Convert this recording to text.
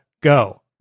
go